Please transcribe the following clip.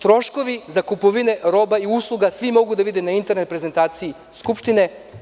Troškovi za kupovinu roba i usluga svi mogu da vide na internet prezentaciji Skupštine.